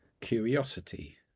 curiosity